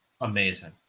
amazing